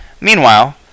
Meanwhile